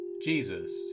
Jesus